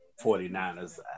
49ers